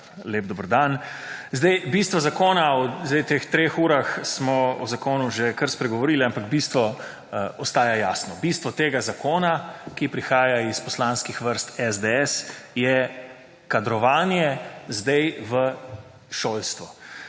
lep dober dan! Sedaj bistvo zakona v teh treh urah smo o zakonu že kar spregovorili, ampak bistvo ostaja jasno. Bistvo tega zakona, ki prihaja iz poslanskih zvrst SDS je kadrovanje sedaj v šolstvo.